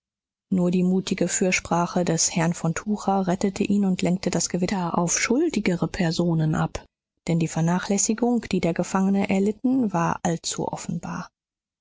nur die mutige fürsprache des herrn von tucher rettete ihn und lenkte das gewitter auf schuldigere personen ab denn die vernachlässigung die der gefangene erlitten war allzu offenbar